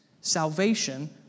Salvation